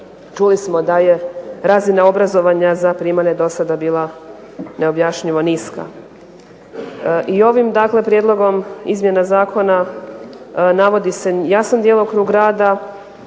čuli smo da je razina obrazovanja za primalje do sada bila neobjašnjivo niska. I ovim dakle prijedlogom izmjena Zakona navodi se jasan djelokrug rada,